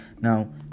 Now